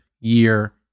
year